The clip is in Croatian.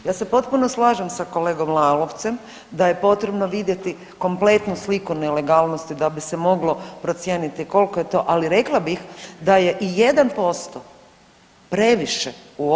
Ja se potpuno slažem sa kolegom Lalovcem da je potrebno vidjeti kompletnu sliku nelegalnosti da bi se moglo procijeniti kolko je to, ali rekla bih da je i 1% previše.